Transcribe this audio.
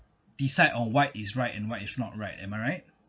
decide on what is right and what is not right am I right